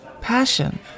Passion